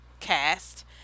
cast